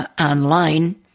online